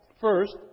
First